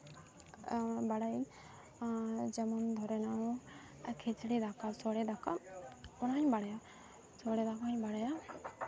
ᱵᱟᱲᱟᱭᱟᱧ ᱟᱨ ᱡᱮᱢᱚᱱ ᱫᱷᱚᱨᱮ ᱱᱟᱣ ᱠᱷᱤᱪᱲᱤ ᱫᱟᱠᱟ ᱥᱳᱲᱮ ᱫᱟᱠᱟ ᱚᱱᱟ ᱦᱚᱸᱧ ᱵᱟᱲᱟᱭᱟ ᱥᱚᱲᱮ ᱫᱟᱠᱟ ᱦᱚᱸᱧ ᱵᱟᱲᱟᱭᱟ